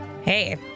Hey